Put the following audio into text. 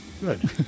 Good